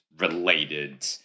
related